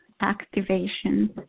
activation